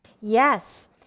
Yes